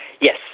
Yes